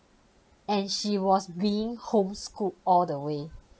and she was being home schooled all the way